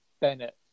Bennett